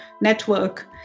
network